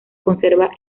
conserva